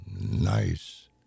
nice